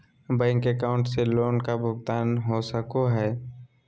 Bank account से loan का भुगतान हो सको हई?